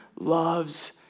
loves